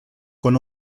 con